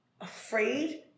Afraid